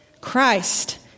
Christ